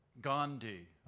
Gandhi